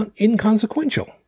inconsequential